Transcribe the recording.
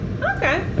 Okay